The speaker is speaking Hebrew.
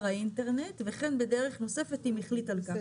האינטרנט וכן בדרך נוספת אם החליט על כך.